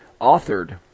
authored